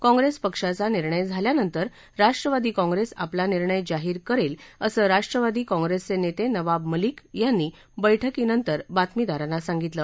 काँग्रेस पक्षाचा निर्णय झाल्यानंतर राष्ट्रवादी काँप्रेस आपला निर्णय जाहीर करेल असं राष्ट्रवादी काँप्रेसचे नेते नवाब मलिक यांनी बैठकीनंतर बातमीदारांना सांगितलं